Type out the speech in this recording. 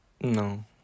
No